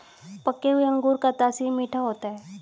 पके हुए अंगूर का तासीर मीठा होता है